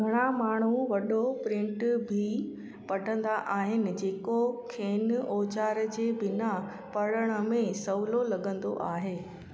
घणा माण्हू वॾो प्रिंट बि पढ़ंदा आहिनि जेको खेन औज़ार जे बिना पढ़ण में सहुलो लॻंदो आहे